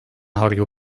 harju